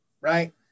right